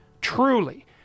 truly